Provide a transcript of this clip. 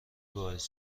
باعث